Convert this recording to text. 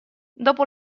dopo